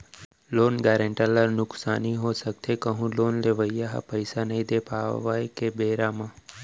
loan guarantor ल नुकसानी हो सकथे कहूँ लोन लेवइया ह पइसा नइ दे पात हे तब के बेरा म